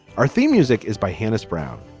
our theme music is by hani's brown.